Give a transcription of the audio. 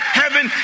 heaven